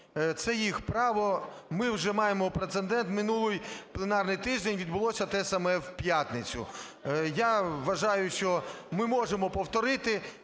Це їх право. Ми вже маємо прецедент: в минулий пленарний тиждень відбулося те саме в п'ятницю. Я вважаю, що ми можемо повторити,